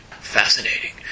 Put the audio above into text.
Fascinating